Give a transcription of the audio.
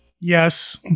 yes